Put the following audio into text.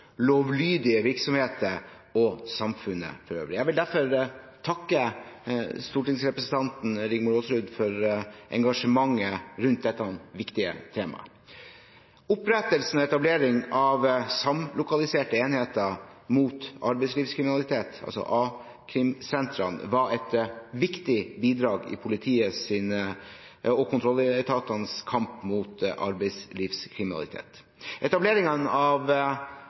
lovlydige virksomheter og samfunnet for øvrig. Jeg vil derfor takke stortingsrepresentanten Rigmor Aasrud for engasjementet rundt dette viktige temaet. Opprettelsen og etablering av samlokaliserte enheter mot arbeidslivskriminalitet – a-krimsentrene – var et viktig bidrag i politiets og kontrolletatenes kamp mot arbeidslivskriminalitet. Etableringen av